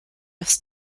aufs